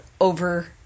over